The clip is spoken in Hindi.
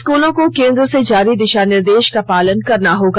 स्कूलों को केंद्र से जारी दिशा निर्देश का पालन करना होगा